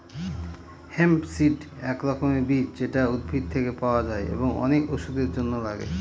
hemp seed এক রকমের বীজ যেটা উদ্ভিদ থেকে পাওয়া যায় এবং অনেক ওষুধের জন্য লাগে